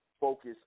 focus